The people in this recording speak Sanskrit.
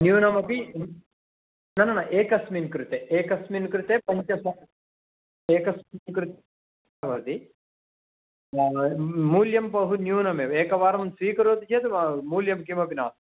न्यूनमपि न न न एकस्मिन् कृते एकस्मिन् कृते पञ्चस एकस्मिन् कृते भवति व मूल्यं बहुन्यूनमेव एकवारं स्वीकरोति चेत् वा मूल्यं किमपि नास्